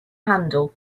handle